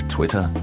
Twitter